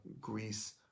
Greece